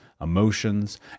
emotions